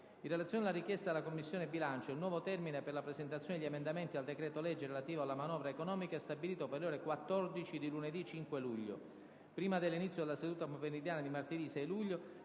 In relazione alla richiesta della Commissione bilancio, il nuovo termine per la presentazione degli emendamenti al decreto-legge relativo alla manovra economica è stabilito per le ore 14 di lunedì 5 luglio. Prima dell'inizio della seduta pomeridiana di martedì 6 luglio,